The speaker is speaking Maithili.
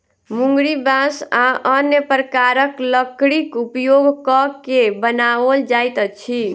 मुंगरी बाँस आ अन्य प्रकारक लकड़ीक उपयोग क के बनाओल जाइत अछि